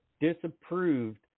disapproved